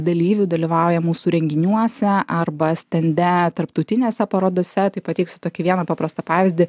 dalyvių dalyvauja mūsų renginiuose arba stende tarptautinėse parodose tai pateiksiu tokį vieną paprastą pavyzdį